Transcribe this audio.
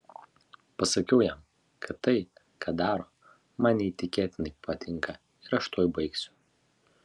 pasakiau jam kad tai ką daro man neįtikėtinai patinka ir aš tuoj baigsiu